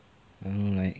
I don't know like